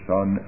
Son